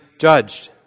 judged